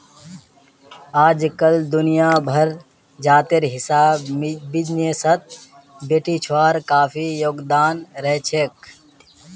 अइजकाल दुनिया भरत जातेर हिसाब बिजनेसत बेटिछुआर काफी योगदान रहछेक